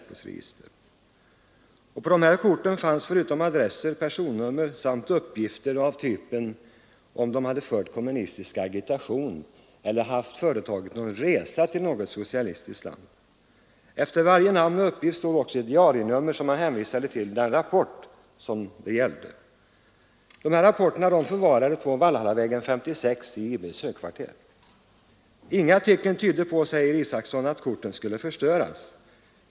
På varje kort fanns förutom adress och personnummer uppgift om huruvida personen fört kommunistisk agitation eller företagit någon resa till något socialistiskt land. Efter varje namn stod också ett diarienummer, som hänvisade till den rapport det gällde. Dessa rapporter förvaras på Valhallavägen 56 i IB:s högkvarter. Inga tecken tydde på, säger Isacson, att korten skulle förstöras.